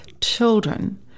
children